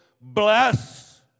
bless